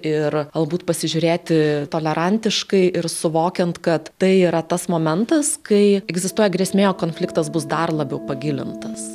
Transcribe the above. ir galbūt pasižiūrėti tolerantiškai ir suvokiant kad tai yra tas momentas kai egzistuoja grėsmė jog konfliktas bus dar labiau pagilintas